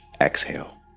exhale